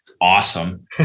awesome